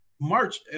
March